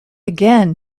again